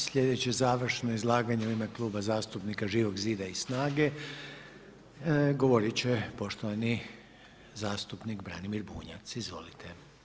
Slijedeće završno izlaganje u ime Kluba zastupnika Živog zida i SNAGA-e govorit će poštovani zastupnik Branimir Bunjac, izvolite.